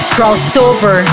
Crossover